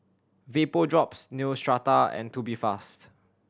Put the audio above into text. Vapodrops Neostrata and Tubifast